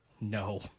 No